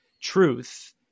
truth